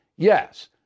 Yes